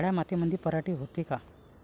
काळ्या मातीमंदी पराटी होते का?